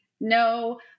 no